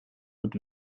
mit